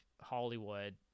Hollywood